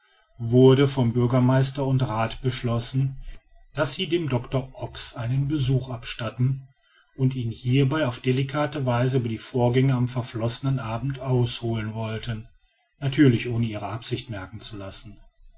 wurde von bürgermeister und rath beschlossen daß sie dem doctor ox einen besuch abstatten und ihn hierbei auf delicate weise über die vorgänge am verflossenen abend ausholen wollten natürlich ohne ihre absicht merken zu lassen